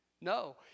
No